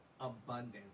abundance